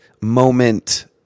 moment